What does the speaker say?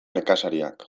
nekazariak